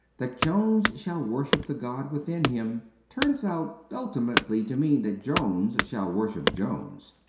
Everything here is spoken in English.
that jones shall worship the god within him turns out ultimately to mean that jones shall worship jones.